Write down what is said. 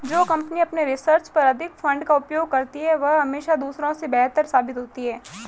जो कंपनी अपने रिसर्च पर अधिक फंड का उपयोग करती है वह हमेशा दूसरों से बेहतर साबित होती है